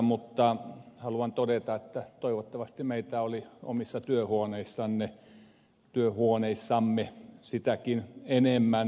mutta haluan todeta että toivottavasti meitä oli omissa työhuoneissamme sitäkin enemmän